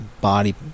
body-